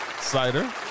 Cider